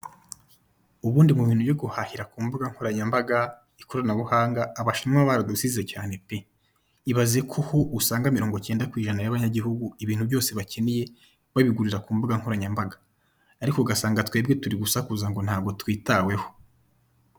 Ubundi mu bintu byo guhahira ku mbuga nkoranyambaga, ikoranabuhanga Abashinwa baradusize cyane pe! Ibaze ko ho usanga mirongo icyenda ku ijana y'abanyagihugu ibintu byose bakeneye babigurira ku mbuga nkoranyambaga, ariko ugasanga twebwe turi gusakuza ngo ntabwo twitaweho.